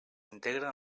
integren